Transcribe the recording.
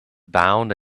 bound